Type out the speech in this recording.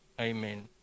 Amen